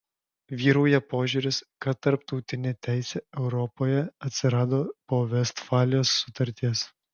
vyrauja požiūris kad tarptautinė teisė europoje atsirado po vestfalijos sutarties